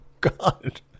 God